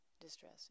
distress